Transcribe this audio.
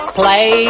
play